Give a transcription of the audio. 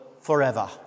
forever